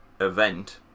event